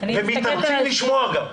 ומתאמצים לשמוע גם.